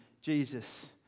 Jesus